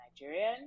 Nigerian